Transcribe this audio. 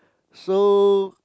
so